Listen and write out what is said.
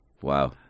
Wow